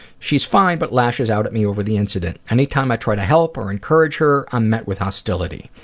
she's fine but lashes out at me over the incident. anytime i try to help or encourage her, i'm met with hostility.